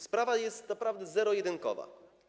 Sprawa jest naprawdę zero-jedynkowa.